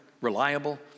reliable